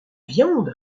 viande